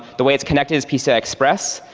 the way it's connected is pci express.